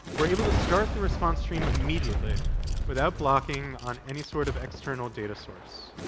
we're able to start the response stream immediately without blocking on any sort of external data source.